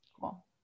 Cool